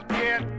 get